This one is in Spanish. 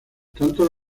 tanto